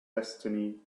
destiny